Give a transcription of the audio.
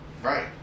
Right